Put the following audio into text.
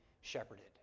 shepherded